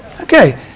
Okay